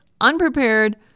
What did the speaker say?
unprepared